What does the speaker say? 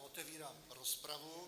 Otevírám rozpravu.